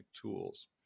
tools